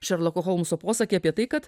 šerloko holmso posakį apie tai kad